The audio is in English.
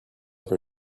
for